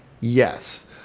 yes